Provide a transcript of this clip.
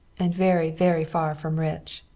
and very, very far from rich.